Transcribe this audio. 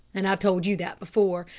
and i've told you that before.